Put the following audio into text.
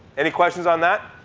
any questions on that?